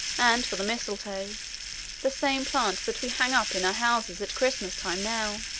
and for the mistletoe the same plant that we hang up in houses at christmas time now